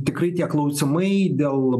tikrai tie klausimai dėl